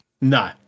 No